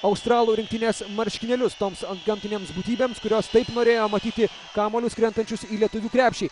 australų rinktinės marškinėlius toms antgamtinėms būtybėms kurios taip norėjo matyti kamuolius krentančius į lietuvių krepšį